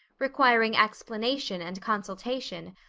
requiring explanation and consultation,